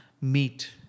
meet